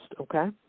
Okay